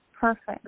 perfect